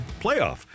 playoff